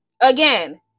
again